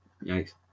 nice